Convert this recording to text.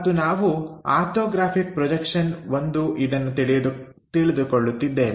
ಮತ್ತು ನಾವು orthographic projection I ಇದನ್ನು ತಿಳಿದುಕೊಳ್ಳುತ್ತಿದ್ದೇವೆ